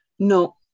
No